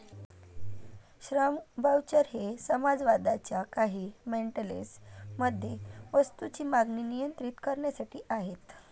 श्रम व्हाउचर हे समाजवादाच्या काही मॉडेल्स मध्ये वस्तूंची मागणी नियंत्रित करण्यासाठी आहेत